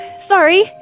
Sorry